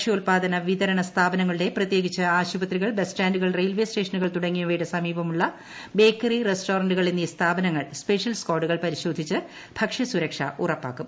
ഭക്ഷ്യോൽപാദന വിതരണ സ്ഥാപനങ്ങളുടെ പ്രത്യേകിച്ച് ആശുപത്രികൾ ബസ് സ്റ്റാന്റുകൾ റയിൽവേ ് സ്റ്റേഷനുകൾ തുടങ്ങിയവയുടെ സമീപമുള്ള ബേക്കറികൾ റസ്റ്റോറന്റുകൾ എന്നീ സ്ഥാപനങ്ങൾ സ്പെഷ്യൽ സ്കാഡുകൾ പരിശോധിച്ച് ഭക്ഷ്യ സുരക്ഷ ഉറപ്പാക്കും